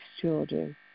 children